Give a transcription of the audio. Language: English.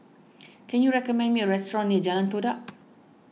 can you recommend me a restaurant near Jalan Todak